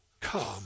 come